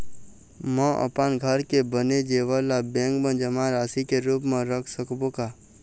म अपन घर के बने जेवर ला बैंक म जमा राशि के रूप म रख सकबो का?